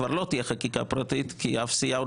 כבר לא תהיה חקיקה פרטית כי אף סיעה עוד